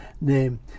name